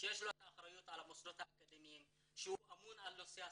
שיש לו את האחריות על המוסדות האקדמיים שהוא אמון על נושא ההשכלה,